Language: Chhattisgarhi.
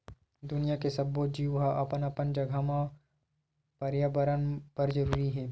दुनिया के सब्बो जीव ह अपन अपन जघा म परयाबरन बर जरूरी हे